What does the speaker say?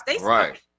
Right